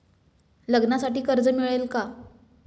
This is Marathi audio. लग्नासाठी कर्ज मिळेल का?